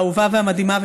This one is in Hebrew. האהובה והמדהימה,